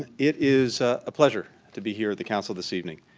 and it is a pleasure to be here at the council this evening.